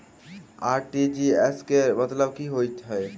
RTGS केँ मतलब की होइ हय?